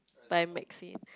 by Maxine